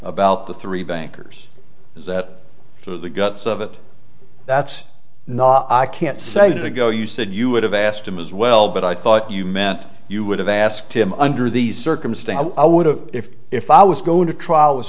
about the three bankers is that the guts of it that's not i can't say that ago you said you would have asked him as well but i thought you meant you would have asked him under these circumstances i would have if if i was going to trial with